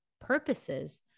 purposes